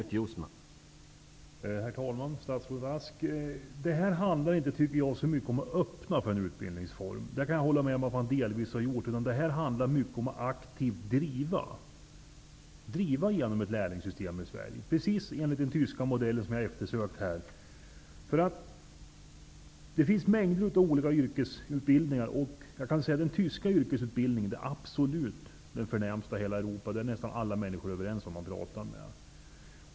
Herr talman! Statsrådet Beatrice Ask! Detta handlar inte så mycket om att öppna möjligheterna för en utbildningsform. Jag kan hålla med om att man delvis har gjort det. Detta handlar mycket om att aktivt driva igenom ett lärlingssystem i Sverige, precis enligt den tyska modell som jag har eftersökt här. Det finns mängder av olika yrkesutbildningar. Och den tyska yrkesutbildningen är den absolut förnämsta i hela Europa. Det är nästan alla människor överens om.